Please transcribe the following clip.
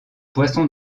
poisson